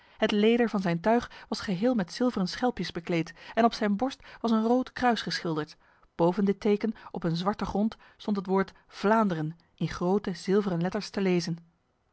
het leder van zijn tuig was geheel met zilveren schelpjes bekleed en op zijn borst was een rood kruis geschilderd boven dit teken op een zwarte grond stond het woord vlaanderen in grote zilveren letters te lezen